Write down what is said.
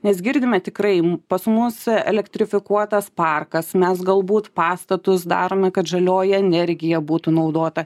nes girdime tikrai m pas mus elektrifikuotas parkas mes galbūt pastatus darome kad žalioji energija būtų naudota